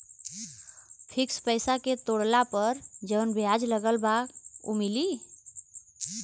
Fix पैसा के तोड़ला पर जवन ब्याज लगल बा उ मिली?